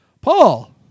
Paul